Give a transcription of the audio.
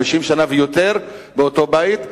50 שנה ויותר באותו בית,